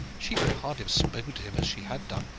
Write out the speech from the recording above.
she could hardly have spoken to him as she had done,